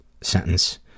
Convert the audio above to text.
sentence